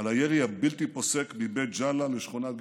על הירי הבלתי-פוסק מבית ג'אלה לשכונת גילה,